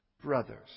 Brothers